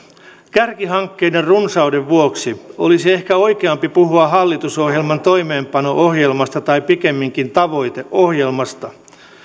kärkihankkeiden runsauden vuoksi olisi ehkä oikeampi puhua hallitusohjelman toimeenpano ohjelmasta tai pikemminkin tavoiteohjelmasta